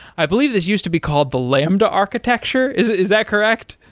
i believe this used to be called the lambda architecture. is is that correct?